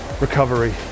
recovery